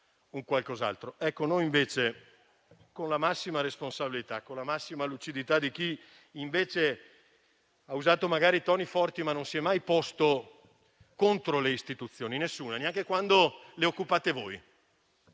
Noi, invece, con la massima responsabilità e con la massima lucidità di chi ha usato magari toni forti, ma non si è mai posto contro le istituzioni (nessuna!), neanche quando le occupate voi,